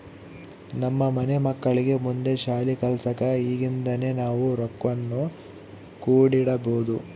ನಮ್ಮ ಮನೆ ಮಕ್ಕಳಿಗೆ ಮುಂದೆ ಶಾಲಿ ಕಲ್ಸಕ ಈಗಿಂದನೇ ನಾವು ರೊಕ್ವನ್ನು ಕೂಡಿಡಬೋದು